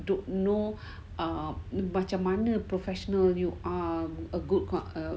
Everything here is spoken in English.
don't know ah macam mana professional you are a good ca~ ah